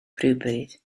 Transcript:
rhywbryd